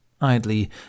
Idly